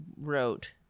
wrote